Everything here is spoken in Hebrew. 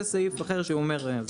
זה סעיף אחר שהוא אומר.